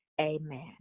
Amen